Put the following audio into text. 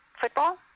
Football